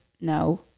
no